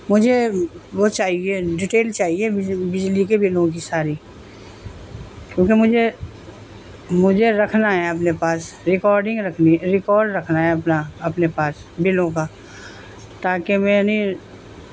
مجھے وہ چاہیے ڈٹیل چاہیے بجلی کے بلوں کی ساری کیونکہ مجھے مجھے رکھنا ہے اپنے پاس ریکارڈنگ رکھنی ریکارڈ رکھنا ہے اپنا اپنے پاس بلوں کا تاکہ میں نے